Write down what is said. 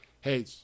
hey